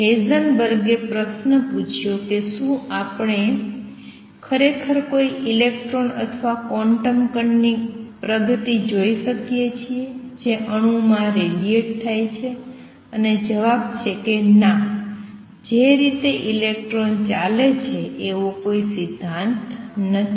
હેઇઝનબર્ગે પ્રશ્ન પૂછ્યો કે શું આપણે ખરેખર કોઈ ઇલેક્ટ્રોન અથવા ક્વોન્ટમ કણની પ્રગતિ જોઈ શકીએ છીએ જે અણુમાં રેડીએટ થાય છે અને જવાબ છે કે ના જે રીતે ઇલેક્ટ્રોનિક ચાલે છે એવો કોઈ સિદ્ધાંત નથી